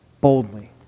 boldly